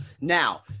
Now